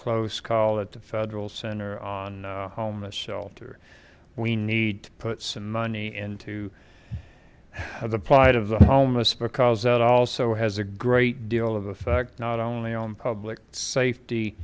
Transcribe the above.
close call at the federal center on homeless shelter we need to put some money into the plight of the homeless because that also has a great deal of effect not only on public safety